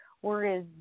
whereas